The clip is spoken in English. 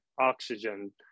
oxygen